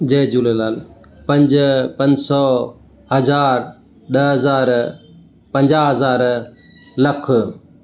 जय झूलेलाल पंज पंज सौ ॾह हज़ार पंजाह हज़ार लखु